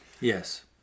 Yes